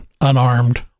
unarmed